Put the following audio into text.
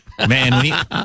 Man